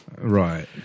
Right